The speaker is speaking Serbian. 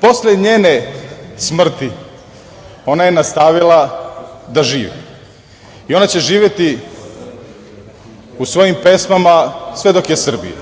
Posle njene smrti, ona je nastavila da živi i ona će živeti u svojim pesmama sve dok je Srbije.